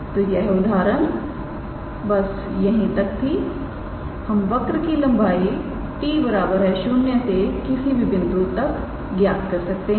तोयह उदाहरण बस यही तक थी हम वक्र की लंबाई t0 से किसी भी बिंदु तक भी ज्ञात कर सकते हैं